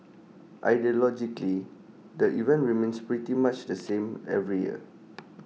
ideologically the event remains pretty much the same every year